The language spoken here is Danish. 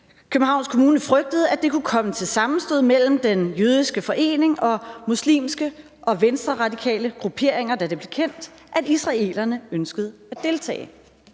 »Københavns Kommune frygtede, at det kunne komme til sammenstød mellem den jødiske forening og muslimske og venstreradikale grupperinger, da det blev kendt, at israelerne ønskede at deltage«.